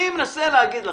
אני מנסה להגיד לכם,